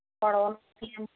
పొడవు